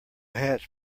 hatch